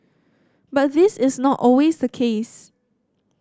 but this is not always the case